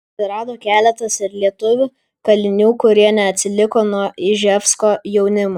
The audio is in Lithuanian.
atsirado keletas ir lietuvių kalinių kurie neatsiliko nuo iževsko jaunimo